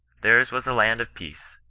theirs was a land of peace,